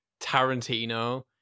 Tarantino